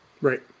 right